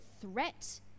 threat